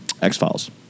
x-files